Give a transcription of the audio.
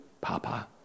Papa